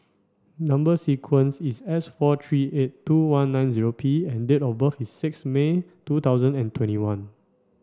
number sequence is S four three eight two one nine P and date of birth is six May two thousand and twenty one